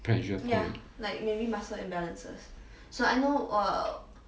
pressure point